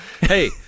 Hey